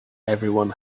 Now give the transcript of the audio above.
everyone